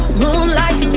moonlight